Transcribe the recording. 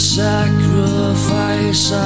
sacrifice